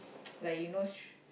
like you know sh~